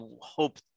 hope